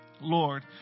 Lord